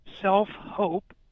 Self-hope